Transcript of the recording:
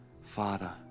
father